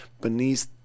beneath